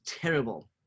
terrible